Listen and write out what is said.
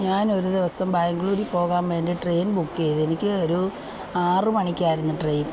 ഞാൻ ഒരു ദിവസം ബാംഗ്ലൂരിൽ പോകാൻ വേണ്ടി ട്രെയിൻ ബുക്ക് ചെയ്തു എനിക്ക് ഒരു ആറ് മണിക്കായിരുന്നു ട്രെയിൻ